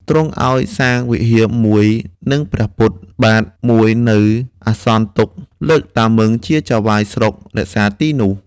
ទ្រង់ឲ្យសាងព្រះវិហារមួយ និងព្រះពុទ្ធ បាទមួយនៅអាសន្នទុក្ខ លើកតាម៊ឹងជាចៅហ្វាយស្រុករក្សាទីនោះ។